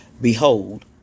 Behold